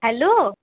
hello